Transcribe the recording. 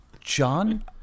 John